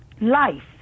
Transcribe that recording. life